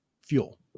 fuel